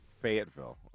Fayetteville